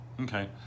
okay